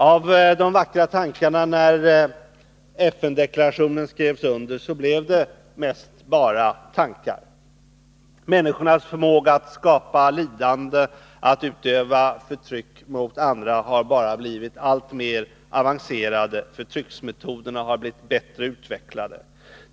Av de vackra tankarna när FN-deklarationen skrevs under blev det mest bara tankar. Människornas förmåga att skapa lidande och att utöva förtryck mot andra har bara blivit alltmer raffinerad, förtrycksmetoderna har blivit bättre utvecklade.